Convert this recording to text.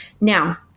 now